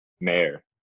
mayor